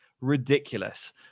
ridiculous